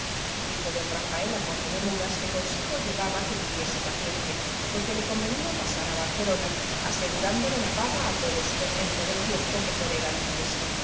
dijo don rafael al mozo de mulas que consigo llevaba que tuviese paciencia porque le convenía pasar a barcelona asegurándole la paga a todo su contento del tiempo que con él anduviese